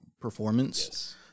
performance